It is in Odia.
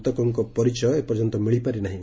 ମୃତକଙ୍କ ପରିଚୟ ମିଳିପାରି ନାହିଁ